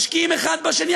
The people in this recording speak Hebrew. משקיעים אחד בשני,